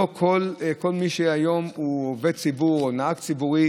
לא כל מי שהיום הוא עובד ציבור או נהג ציבורי